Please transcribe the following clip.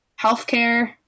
healthcare